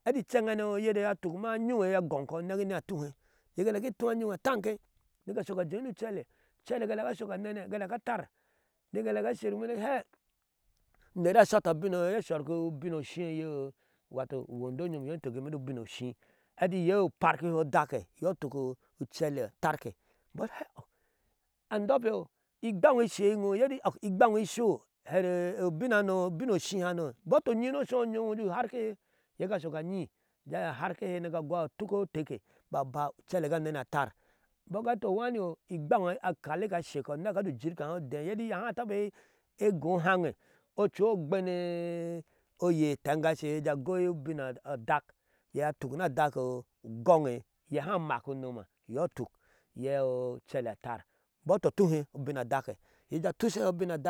Eti inceŋhane oh, yede eyee atuk ma anyimŋwe iye sha agɔŋki anɛkɛ ni iyee atuhe ie ga atik etuu anyimnwee atnake ni ga ashok ajei ni ucɛle, ucele ga duk ashok anenɛɛ agadik atar, duk ga ni ka sher, imaeti hɛ uner ashoti abin oh, oh iyee ashorke ubin oshii eiyee oh, tɔ uwondo nyom iyɔi ituk imee in hɛɛ ɛti ubin oshii, ɛti iyee uparkihe odakke iyɔɔ ituk oh ucɛlee atarke mbɔɔ ɛti hee oh andokpe oh, igbam nwee isheyiŋo eti ɔk igbanŋwee isho here ubinano oh ubin oshithano, mbɔɔ eti unyi ni oshɔɔ onyoyo uje uahrkihe iyee ga ashok anyii ajee aharkihe iyee agui atuk otekke ba aba ucele ga anɛnɛɛ atar imbɔɔ ga ahee eti tɔ owani oh igbamnwe akalikke ashekɔ unkɛkɛ ahei eti ujirke haa udeye haa etabe egɔɔ ahaŋe, ocuu ogbɛnne oye e itɛnggashe iye je agɔi abin adak, iyee atuk ni adakke oh ugonne iyee haa amaki ubomha iyɔɔ ituk eti oh ucelee atar imbɔ ɛti tɔ utuhe ubin adakke iyee jee atushihe ubin adak.